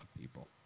people